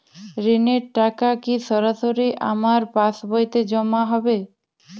ঋণের টাকা কি সরাসরি আমার পাসবইতে জমা হবে?